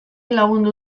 lagundu